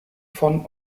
von